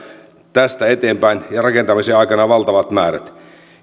tästä eteenpäin ja rakentamisen aikana valtavat määrät